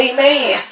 Amen